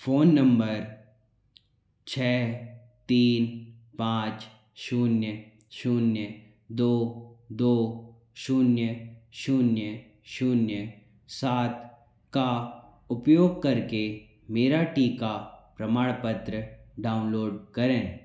phone number छ तीन पाँच शून्य शून्य दो दो शून्य शून्य शून्य सात का उपयोग करके मेरा टीका प्रमाणपत्र डाउनलोड करें